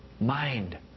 mind